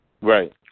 Right